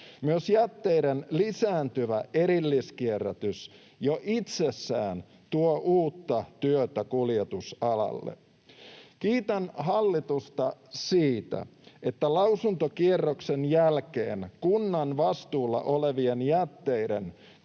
Myös jätteiden lisääntyvä erilliskierrätys jo itsessään tuo uutta työtä kuljetusalalle. Kiitän hallitusta siitä, että lausuntokierroksen jälkeen kunnan vastuulla olevien jätteiden